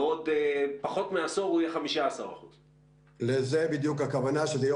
בעוד פחות מעשור הוא יהיה 15%. זו בדיוק הכוונה שלי.